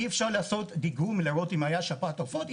אי אפשר לעשות דיגום ולראות אם הייתה שפעת עופות.